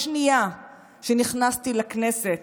בשנייה שנכנסתי לכנסת